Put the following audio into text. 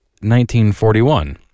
1941